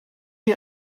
chi